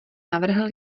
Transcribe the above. navrhl